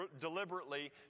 deliberately